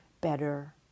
better